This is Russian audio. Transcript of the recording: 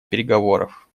переговоров